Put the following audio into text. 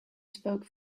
spoke